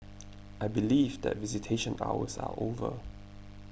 I believe that visitation hours are over